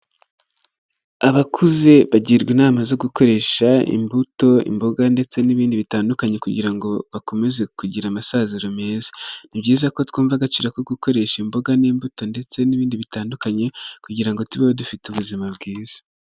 Abakuze bagirwa inama zo gukoresha imbuto, imboga ndetse n'ibindi bitandukanye, kugira ngo bakomeze kugira amasaziro meza. Ni byiza ko twumva agaciro ko gukoresha imboga n'imbuto ndetse n'ibindi bitandukanye, kugira ngo tubeho dufite ubuzima bwiza.